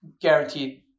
guaranteed